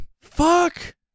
Fuck